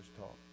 talk